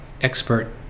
expert